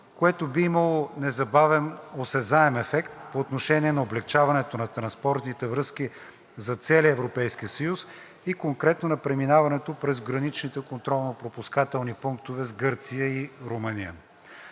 което би имало незабавен осезаем ефект по отношение на облекчаването на транспортните връзки за целия Европейски съюз и конкретно на преминаването през граничните контролно-пропускателни пунктове с Гърция и Румъния.